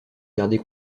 garder